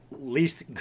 Least